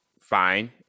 fine